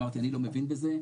אמרתי 'אני לא מבין בזה'.